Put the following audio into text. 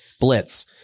blitz